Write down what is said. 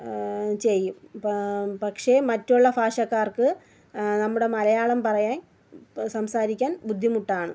ചെയ്യും പ പക്ഷേ മറ്റുള്ള ഭാഷക്കാർക്ക് നമ്മുടെ മലയാളം പറയാൻ സംസാരിക്കാൻ ബുദ്ധിമുട്ടാണ്